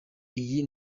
iyi